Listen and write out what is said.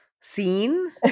seen